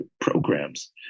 programs